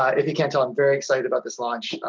if you can't tell, i'm very excited about this launch, ah,